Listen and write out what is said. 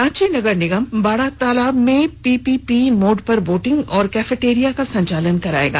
रांची नगर निगम बड़ा तालाब में पीपीपी मोड पर बोटिंग और कैफेरेटिया का संचालन कराएगा